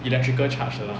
electrical charge 的 lah